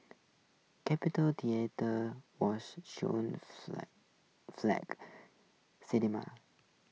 capitol theatre was Shaw's flag cinema